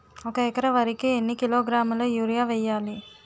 ఒక ఎకర వరి కు ఎన్ని కిలోగ్రాముల యూరియా వెయ్యాలి?